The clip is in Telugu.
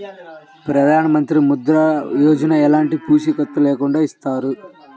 ప్రధానమంత్రి ముద్ర యోజన ఎలాంటి పూసికత్తు లేకుండా ఇస్తారా?